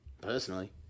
personally